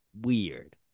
weird